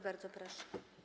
Bardzo proszę.